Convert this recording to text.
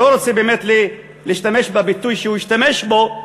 אני לא רוצה באמת להשתמש בביטוי שהוא השתמש בו,